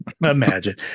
Imagine